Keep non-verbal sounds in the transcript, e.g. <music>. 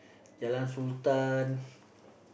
Jalan-Sultan <breath>